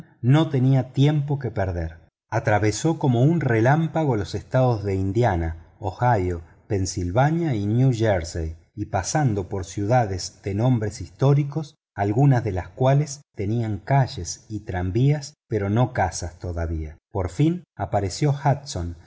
no tenía tiempo que perden atravesó como un relámpago los estados de indiana ohio pensylvania y new jersey pasando por ciudades de nombres históricos algunas de las cuales tenían calles y tranvías pero no casas todavía por fin apareció